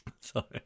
Sorry